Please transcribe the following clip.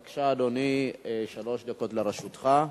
בבקשה, אדוני, שלוש דקות לרשותך.